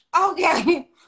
Okay